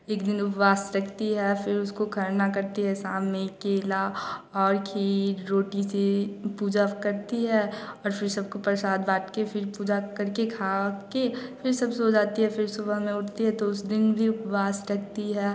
एक दिन उपवास रखती है फ़िर उसको खरना करती है शाम में केला और घी रोटी से पूजा करती है और फ़िर सबको प्रसाद बांटकर फ़िर पूजा करके खा वाकर फ़िर सब सो जाते हैं फ़िर सुबह में उठते हैं तो उस दिन भी उपवास रखती हैं